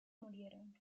murieron